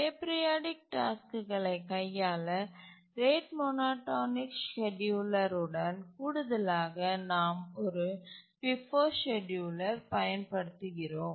aperiodic டாஸ்க்குகளை கையாள rate monotonic scheduler உடன் கூடுதலாக நாம் ஒரு ஃபிஃபோ செட்யூலர் பயன்படுத்துகிறோம்